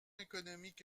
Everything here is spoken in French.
économique